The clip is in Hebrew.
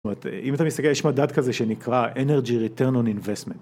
זאת אומרת אם אתה מסתכל יש מדד כזה שנקרא Energy Return on Investment